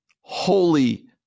holy